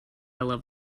love